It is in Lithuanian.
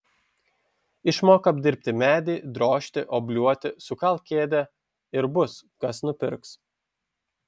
išmok apdirbti medį drožti obliuoti sukalk kėdę ir bus kas nupirks